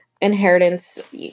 Inheritance